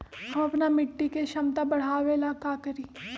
हम अपना मिट्टी के झमता बढ़ाबे ला का करी?